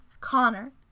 Connor